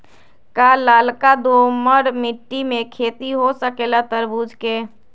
का लालका दोमर मिट्टी में खेती हो सकेला तरबूज के?